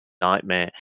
nightmare